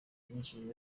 yinjiye